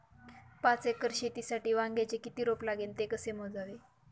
पाच एकर शेतीसाठी वांग्याचे किती रोप लागेल? ते कसे मोजावे?